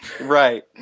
Right